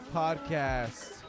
podcast